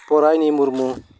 ᱯᱚᱨᱟᱭᱱᱤ Murmu